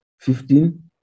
Fifteen